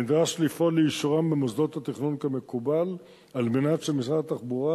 אלא נדרש לפעול לאישורם במוסדות התכנון כמקובל על מנת שמשרד התחבורה